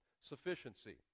Sufficiency